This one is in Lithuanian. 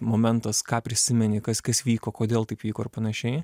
momentas ką prisimeni kas kas vyko kodėl taip vyko ir panašiai